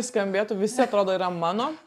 skambėtų visi atrodo yra mano